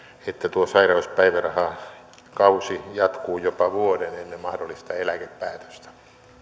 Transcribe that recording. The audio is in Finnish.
tuo sairauspäivärahakausi jatkuu jopa vuoden ennen mahdollista eläkepäätöstä